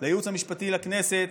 לייעוץ המשפטי של הכנסת: